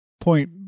point